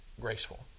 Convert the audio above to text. Graceful